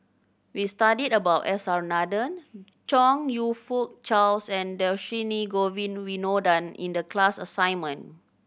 we studied about S R Nathan Chong You Fook Charles and Dhershini Govin Winodan in the class assignment